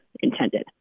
intended